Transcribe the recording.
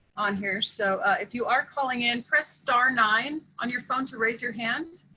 on here. so if you are calling in press, star nine on your phone to raise your hand.